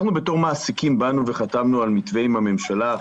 אנחנו בתור מעסיקים חתמנו על מתווה עם הממשלה,